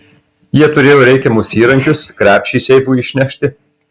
jie turėjo reikiamus įrankius krepšį seifui išnešti